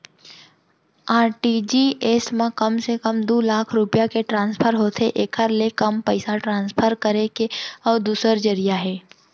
RTGS म कम से कम दू लाख रूपिया के ट्रांसफर होथे एकर ले कम पइसा ट्रांसफर करे के अउ दूसर जरिया हे